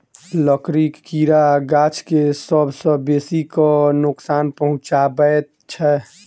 लकड़ीक कीड़ा गाछ के सभ सॅ बेसी क नोकसान पहुचाबैत छै